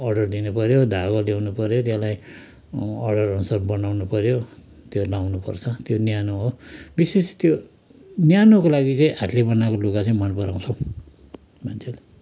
order दिनु पर्यो धागो ल्याउनु पर्यो त्यसलाई अर्डर अनुसार बनाउनु पर्यो त्यो लाउनु पर्छ त्यो न्यानो हो विशेष त्यो न्यानोको लागि चाहिँ हातले बनाएको लुगा चाहिँ मन पराउँछौँ मान्छेले